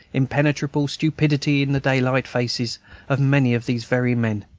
impenetrable stupidity in the daylight faces of many of these very men,